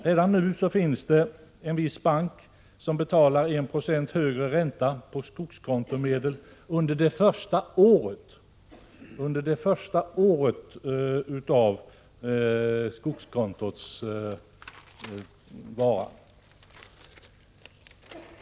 Redan nu finns en viss bank som betalar 1 96 högre ränta än andra på skogskontomedel under det första året av skogskontots existens.